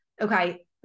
Okay